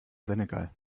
senegal